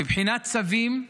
מבחינת צווים,